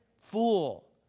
fool